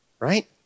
right